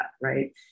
Right